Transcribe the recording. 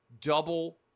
double